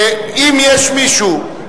אם יש מישהו,